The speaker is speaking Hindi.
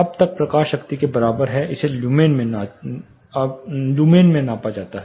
अब यह प्रकाश शक्ति के बराबर है इसे लुमेन में मापा जाता है